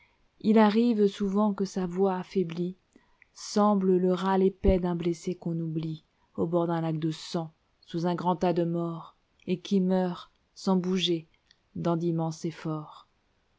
il arrive souvent que sa voix affaiblie semble le râle épais d'un blessé qu'on oublie au bord d'un lac de sang sous un grand tas de morts et qui meurt sans bouger dans d'immenses effortsi